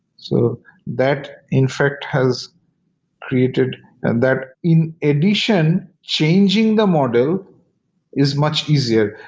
so that in fact has created and that in addition, changing the model is much easier,